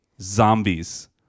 zombies